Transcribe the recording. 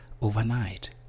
overnight